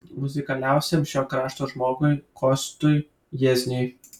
muzikaliausiam šio krašto žmogui kostui jiezniui